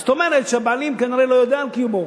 זאת אומרת שהבעלים כנראה לא יודע על קיומו.